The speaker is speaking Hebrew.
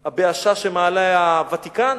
הבאשה שמעלה הוותיקן?